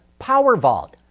PowerVault